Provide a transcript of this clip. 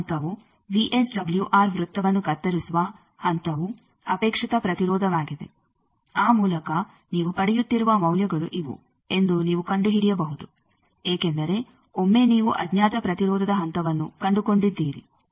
ಮುಂದಿನ ಹಂತವು ವಿಎಸ್ಡಬಲ್ಯುಆರ್ ವೃತ್ತವನ್ನು ಕತ್ತರಿಸುವ ಹಂತವು ಅಪೇಕ್ಷಿತ ಪ್ರತಿರೋಧವಾಗಿದೆ ಆ ಮೂಲಕ ನೀವು ಪಡೆಯುತ್ತಿರುವ ಮೌಲ್ಯಗಳು ಇವು ಎಂದು ನೀವು ಕಂಡುಹಿಡಿಯಬಹುದು ಏಕೆಂದರೆ ಒಮ್ಮೆ ನೀವು ಅಜ್ಞಾತ ಪ್ರತಿರೋಧದ ಹಂತವನ್ನು ಕಂಡುಕೊಂಡಿದ್ದೀರಿ